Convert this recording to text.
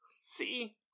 See